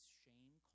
shame